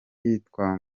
yitwa